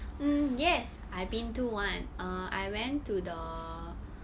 mm yes I been to one err I went to the